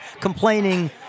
complaining